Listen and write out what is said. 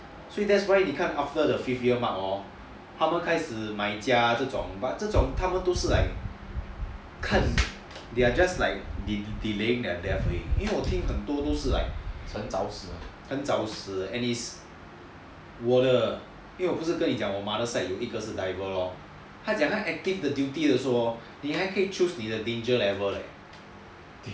so that's why after the fifth year mark hor 他们开始买家这种 they are just like delaying their death 而已很多都是 like 很早死 and is 我的因为我不是跟你讲我的 mother side 有一个 diver lor 他讲他 active duty 的时候 hor 你还可以 choose 你的 danger level leh